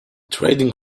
trading